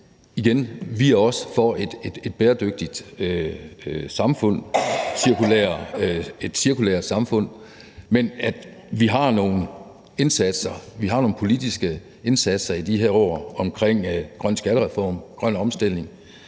igen: Vi er også for et bæredygtigt samfund, et cirkulært samfund, men vi har nogle politiske indsatser i de her år omkring en grøn skattereform, en grøn omstilling,